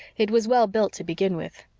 it was well built to begin with.